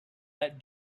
that